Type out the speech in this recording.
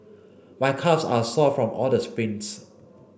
my calves are sore from all the sprints